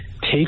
take